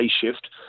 shift